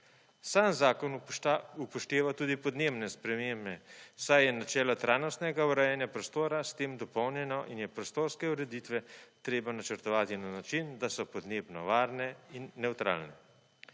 Sam zakon upošteva tudi podnebne spremembe, saj je načelo trajnostnega urejanja prostora s tem dopolnjeno in je prostorske ureditve treba načrtovati na način, da so podnebno varne in nevtralne.